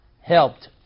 helped